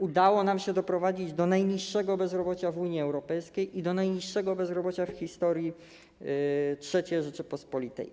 Udało nam się doprowadzić do najniższego bezrobocia w Unii Europejskiej i do najniższego bezrobocia w historii III Rzeczypospolitej.